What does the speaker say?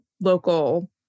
local